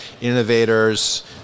innovators